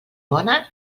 bona